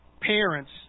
parents